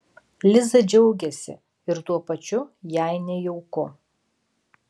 liza džiaugiasi ir tuo pačiu jai nejauku